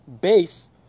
base